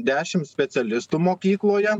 dešim specialistų mokykloje